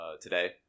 today